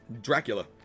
Dracula